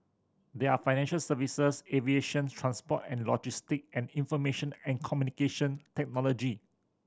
they are financial services aviation transport and logistics and information and Communication Technology